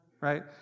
right